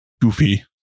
goofy